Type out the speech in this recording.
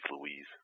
Louise